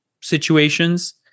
situations